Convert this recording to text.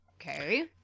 Okay